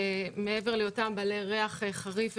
שמעבר להיותם בעלי ריח חריף ומשמעותי,